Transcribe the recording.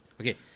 Okay